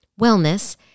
wellness